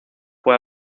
fue